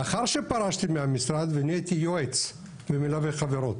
לאחר שפרשתי מהמשרד ונהייתי יועץ ומלווה חברות